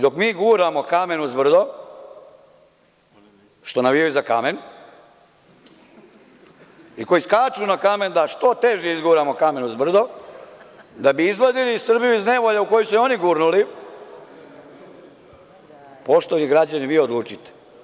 Dok mi guramo kamen uz brdo, ovi koji navijaju za kamen i koji skaču na kamen da što teže izguramo kamen uz brdo, da bi izvadili Srbiju iz nevolja u koje su je oni gurnuli, poštovani građani, vi odlučite.